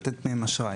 לתת להם אשראי.